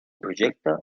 projecte